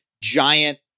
giant